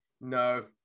no